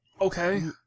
okay